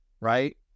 right